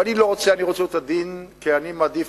ואני לא רוצה, אני רוצה להיות עדין, כי אני מעדיף,